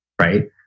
Right